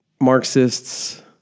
Marxists